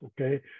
Okay